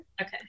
Okay